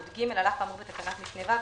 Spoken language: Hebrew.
"(יג) על אף האמור בתקנת משנה (ו),